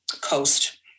coast